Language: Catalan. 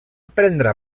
prendre